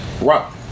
Rock